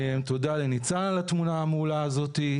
תודה לניצן על התמונה המעולה הזאת.